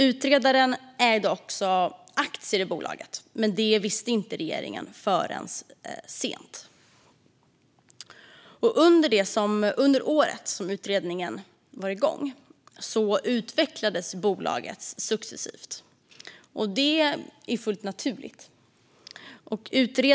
Utredaren ägde också aktier i bolaget, men det visste regeringen inte förrän sent. Under det år som utredningen var igång utvecklades bolaget successivt, vilket är fullt naturligt.